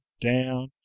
down